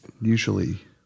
usually